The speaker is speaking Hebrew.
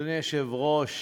אדוני היושב-ראש,